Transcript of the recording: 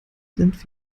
sind